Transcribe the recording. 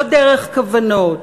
לא דרך כוונות,